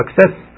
success